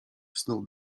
snuł